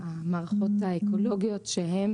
המערכות האקולוגיות, שהן,